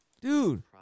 Dude